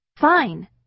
Fine